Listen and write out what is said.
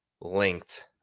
linked